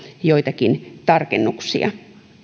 joitakin tarkennuksia